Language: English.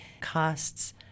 costs